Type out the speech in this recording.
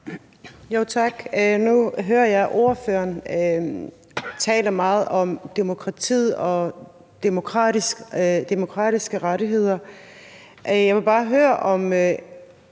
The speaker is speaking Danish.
Tak. Nu hører jeg ordføreren tale meget om demokratiet og demokratiske rettigheder. Jeg vil bare høre, om